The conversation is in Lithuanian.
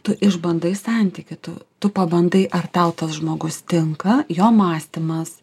tu išbandai santykį tu tu pabandai ar tau tas žmogus tinka jo mąstymas